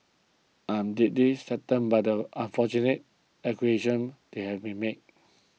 i am deeply saddened by the unfortunate allegations they have been made